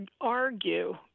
argue